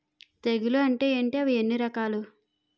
తెగులు అంటే ఏంటి అవి ఎన్ని రకాలు?